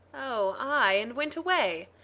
oh, ay, and went away.